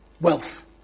Wealth